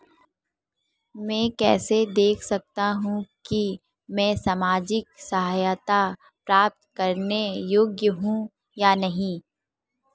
मैं कैसे देख सकता हूं कि मैं सामाजिक सहायता प्राप्त करने योग्य हूं या नहीं?